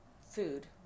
food